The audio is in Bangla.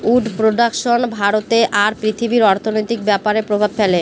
উড প্রডাকশন ভারতে আর পৃথিবীর অর্থনৈতিক ব্যাপরে প্রভাব ফেলে